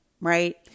right